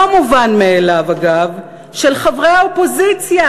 לא מובן מאליו, אגב, שחברי האופוזיציה